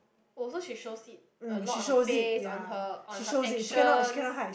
also she shows it a lot on her face on her on her actions